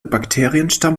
bakterienstamm